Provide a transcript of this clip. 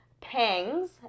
pangs